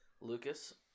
Lucas